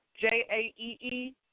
J-A-E-E